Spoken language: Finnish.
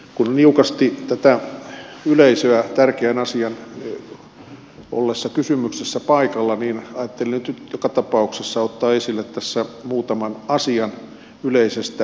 kun on niukasti tätä yleisöä tärkeän asian ollessa kysymyksessä paikalla niin ajattelin nyt joka tapauksessa ottaa esille tässä muutaman asian yleisestä näkökulmasta